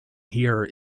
here